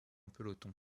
peloton